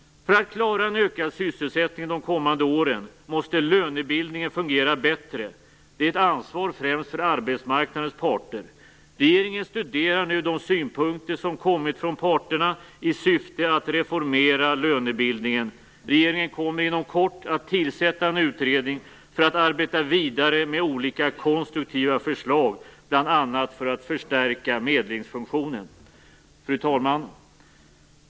För att klara en ökad sysselsättning under de kommande åren måste lönebildningen fungera bättre. Detta är ett ansvar främst för arbetsmarknadens parter. Regeringen studerar nu de synpunkter som kommit från parterna i syfte att reformera lönebildningen. Regeringen kommer inom kort att tillsätta en utredning för att arbeta vidare med olika konstruktiva förslag, bl.a. för att förstärka medlingsfunktionen. Fru talman!